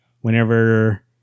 Whenever